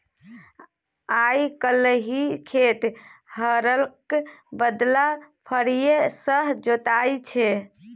आइ काल्हि खेत हरक बदला फारीए सँ जोताइ छै